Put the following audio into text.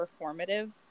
performative